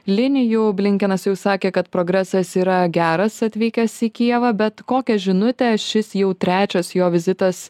linijų blinkenas jau sakė kad progresas yra geras atvykęs į kijevą bet kokią žinutę šis jau trečias jo vizitas